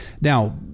Now